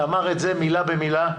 שאמר את זה מילה במילה,